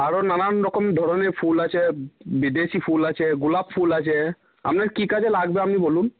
আরও নানান রকম ধরনের ফুল আছে বিদেশি ফুল আছে গোলাপ ফুল আছে আপনার কি কাজে লাগবে আপনি বলুন